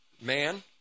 man